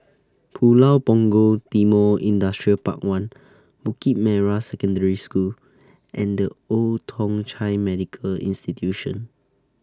Pulau Punggol Timor Industrial Park one Bukit Merah Secondary School and The Old Thong Chai Medical Institution